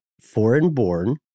foreign-born